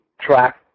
track